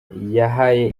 yahaye